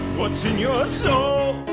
what's in your soul?